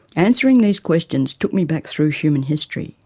answering these questions took me back through human history.